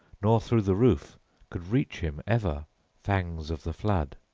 nor through the roof could reach him ever fangs of the flood.